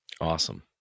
Awesome